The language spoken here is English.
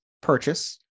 purchase